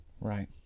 Right